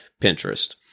Pinterest